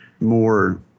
more